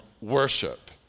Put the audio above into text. worship